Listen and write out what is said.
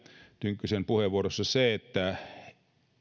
tynkkysen puheenvuorossa ylipäätään oli se että